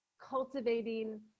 cultivating